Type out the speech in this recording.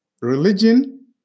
religion